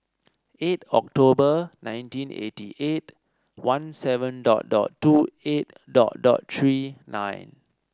eight October nineteen eighty eight one seven dot dot two eight dot dot Three nine